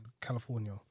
California